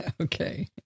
okay